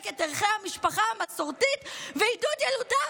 את ערכי המשפחה המסורתית ועידוד ילודה,